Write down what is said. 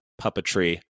puppetry